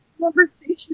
conversation